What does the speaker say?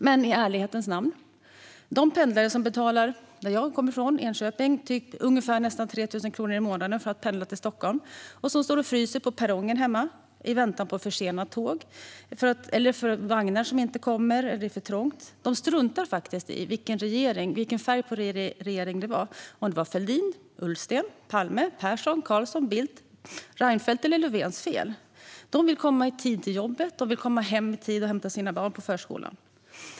Men i ärlighetens namn: De pendlare i Enköping, som jag kommer från, som betalar ungefär 3 000 kronor i månaden för att pendla till Stockholm och står och fryser på perrongen i väntan på försenade tåg, kanske med för få vagnar så att det blir trångt, struntar faktiskt i regeringens färg, om detta är Fälldins, Ullstens, Palmes, Perssons, Carlssons, Bildts, Reinfeldts eller Löfvens fel. De vill komma i tid till jobbet. De vill komma hem i tid för att hämta sina barn på förskolan.